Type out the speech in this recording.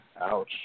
Ouch